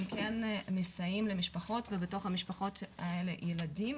הם כן מסייעים למשפחות ובתוך המשפחות האלה ילדים,